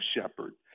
shepherd